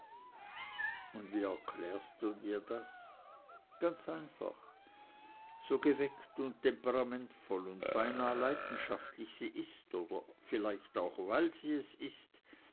und wie erklärst du dir das ganz einfach so geweckt und temperamentvoll und beinahe leidenschaftlich sie ist oder vielleicht auch weil sie es ist